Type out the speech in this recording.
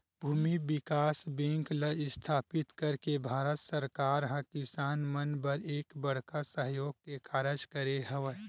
भूमि बिकास बेंक ल इस्थापित करके भारत सरकार ह किसान मन बर एक बड़का सहयोग के कारज करे हवय